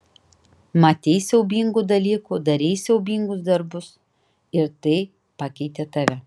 matei siaubingų dalykų darei siaubingus darbus ir tai pakeitė tave